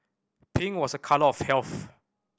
pink was a colour of health